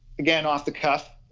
again off the cuff,